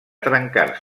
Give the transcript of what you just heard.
trencar